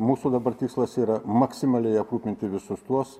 mūsų dabar tikslas yra maksimaliai aprūpinti visus tuos